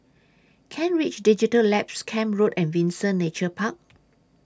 Kent Ridge Digital Labs Camp Road and Windsor Nature Park